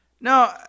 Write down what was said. No